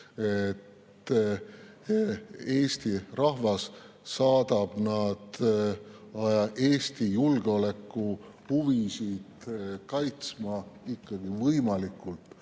et Eesti rahvas saadab nad Eesti julgeolekuhuvisid kaitsma ikkagi võimalikult